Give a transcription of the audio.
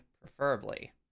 preferably